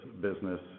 business